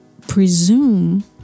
presume